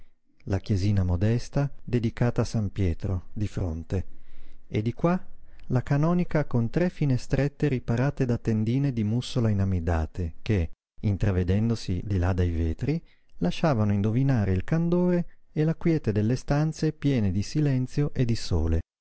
la chiesina modesta dedicata a san pietro di fronte e di qua la canonica con tre finestrette riparate da tendine di mussola inamidate che intravedendosi di là dai vetri lasciavano indovinare il candore e la quiete delle stanze piene di silenzio e di sole